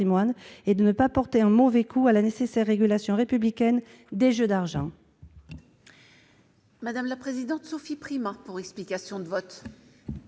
et de ne pas porter un mauvais coup à la nécessaire régulation républicaine des jeux d'argent. La parole est à Mme Sophie Primas, pour explication de vote.